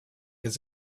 his